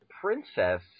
princess